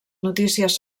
notícies